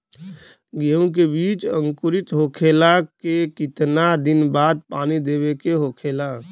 गेहूँ के बिज अंकुरित होखेला के कितना दिन बाद पानी देवे के होखेला?